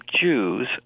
Jews